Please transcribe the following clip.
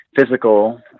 physical